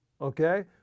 okay